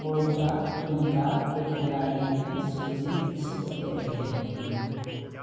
Oita Trinita के खिलाड़ियों की सूची विकसित हो रही है